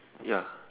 ya